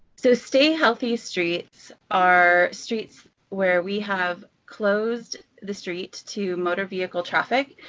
so, stay healthy streets are streets where we have closed the street to motor vehicle traffic.